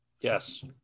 Yes